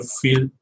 feel